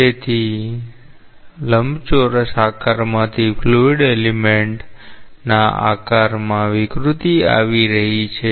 તેથી લંબચોરસ આકારમાંથી ફ્લુઇડ એલિમેન્ટ ના આકારમાં વિકૃતી આવી રહી છે